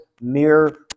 mere